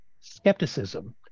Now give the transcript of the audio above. skepticism